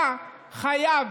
אתה חייב,